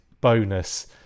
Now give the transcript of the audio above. bonus